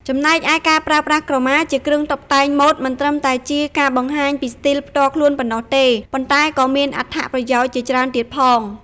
ចំណែកឯ ការប្រើប្រាស់ក្រមាជាគ្រឿងតុបតែងម៉ូដមិនត្រឹមតែជាការបង្ហាញពីស្ទីលផ្ទាល់ខ្លួនប៉ុណ្ណោះទេ ប៉ុន្តែក៏មានអត្ថប្រយោជន៍ជាច្រើនទៀតផងដែរ។